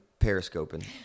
periscoping